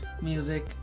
music